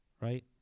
Right